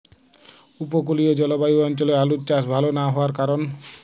উপকূলীয় জলবায়ু অঞ্চলে আলুর চাষ ভাল না হওয়ার কারণ?